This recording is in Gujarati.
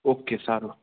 ઓકે સારું